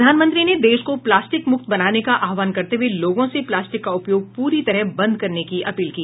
प्रधानमंत्री ने देश को प्लास्टिक मुक्त बनाने का आहवान करते हुए लोगों से प्लास्टिक का उपयोग पूरी तरह बंद करने की अपील की